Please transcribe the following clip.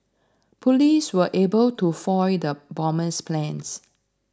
police were able to foil the bomber's plans